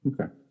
Okay